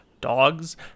dogs